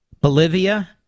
Bolivia